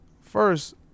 first